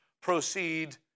proceed